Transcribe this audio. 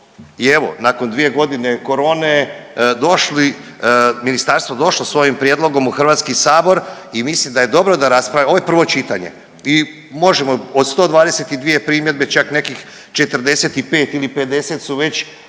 je evo nakon 2 godine korone došli, ministarstvo došlo s ovim prijedlogom u Hrvatski sabor i mislim da je dobro da raspravimo, ovo je prvo čitanje i možemo od 122 primjedbe čak nekih 45 ili 50 su već